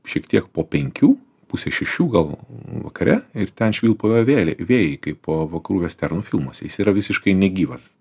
šiek tiek po penkių puse šešių gal vakare ir ten švilpauja vėliai vėjai kaip vakarų vestern filmuose jis yra visiškai negyvas